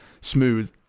Smooth